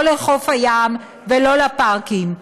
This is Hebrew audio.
לא לחוף הים ולא לפארקים,